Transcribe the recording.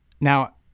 now